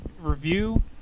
review